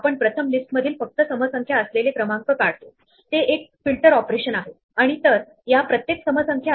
आपण पाहिल्याप्रमाणे लिस्ट अशी अनुक्रम आहे जिथे आपण कुठल्याही जागी व्हॅल्यू सहज इन्सर्ट आणि डिलीट करू शकतो